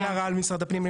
אין לי הערה על משרד הפנים,